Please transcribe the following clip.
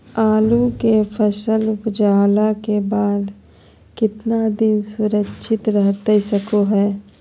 आलू के फसल उपजला के बाद कितना दिन सुरक्षित रहतई सको हय?